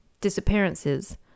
disappearances